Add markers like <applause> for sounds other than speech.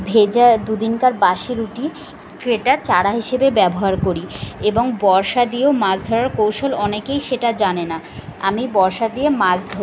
ভেজা দুদিনকার বাসি রুটি <unintelligible> চারা হিসেবে ব্যবহার করি এবং বর্শা দিয়েও মাছ ধরার কৌশল অনেকেই সেটা জানে না আমি বর্শা দিয়ে মাছ ধরি